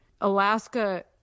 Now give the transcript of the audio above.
Alaska